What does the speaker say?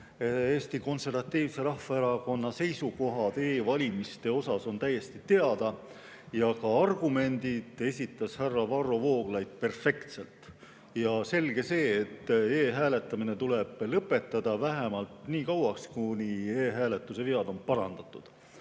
Eesti Konservatiivse Rahvaerakonna seisukohad e‑valimiste kohta on täiesti teada ja ka argumendid esitas härra Varro Vooglaid perfektselt. Selge see, et e‑hääletamine tuleb lõpetada vähemalt niikauaks, kuni e‑hääletuse vead on parandatud.Me